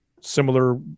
similar